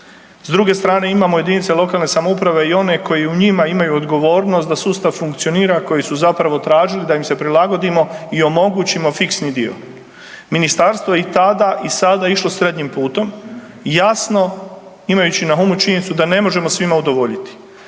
s druge strane imamo jedinice lokalne samouprave i one koji u njima imaju odgovornost da sustav funkcionira, koji su zapravo tražili da im se prilagodimo i omogućimo fiksni dio. Ministarstvo je i tada i sada išlo srednjim putom, jasno imajući na umu činjenicu da ne možemo svima udovoljiti.